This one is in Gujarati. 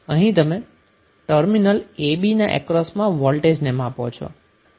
અહીં તમે ટર્મિનલ a b ના અક્રોસમાં વોલ્ટેજને માપો છો